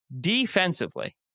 Defensively